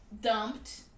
dumped